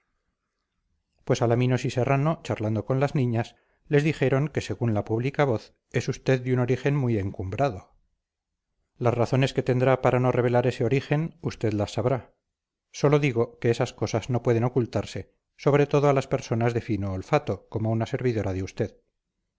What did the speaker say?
pues alaminos y serrano charlando con las niñas les dijeron que según la pública voz es usted de un origen muy encumbrado las razones que tendrá para no revelar ese origen usted las sabrá sólo digo que esas cosas no pueden ocultarse sobre todo a las personas de fino olfato como una servidora de usted